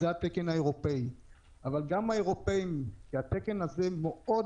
זה התקן האירופאי אבל התקן הזה מייקר מאוד